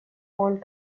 font